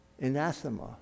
anathema